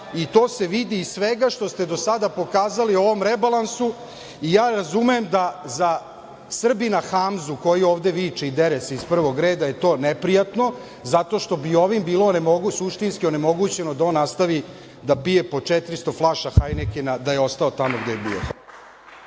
i to se vidi iz svega što ste do sada pokazali u ovom rebalansu. Razumem da je za Srbina Hamzu koji ovde viče i dere se iz prvog reda to neprijatno zato što bi ovim suštinski bilo onemogućeno da on nastavi da pije po 400 flaša Hajnekena da je ostao tamo gde je bio.